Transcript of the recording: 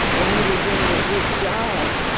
and we were doing a good job